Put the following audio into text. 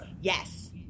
Yes